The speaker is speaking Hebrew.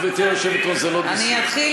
זה לא מדאיג